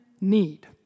need